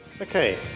Okay